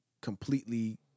completely